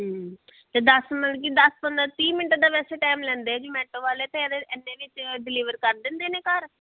ਅਤੇ ਦਸ ਮਤਲਬ ਕਿ ਦਸ ਪੰਦਰਾਂ ਤੀਹ ਮਿੰਟ ਦਾ ਵੈਸੇ ਟਾਈਮ ਲੈਂਦੇ ਜਮੈਂਟੋ ਵਾਲੇ ਅਤੇ ਇਹਦੇ ਇੰਨੇ ਵਿੱਚ ਡਿਲੀਵਰ ਕਰ ਦਿੰਦੇ ਨੇ ਘਰ